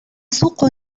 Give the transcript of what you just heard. سوق